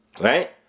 Right